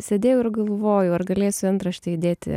sėdėjau ir galvojau ar galėsiu į antraštę įdėti